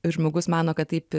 žmogus mano kad taip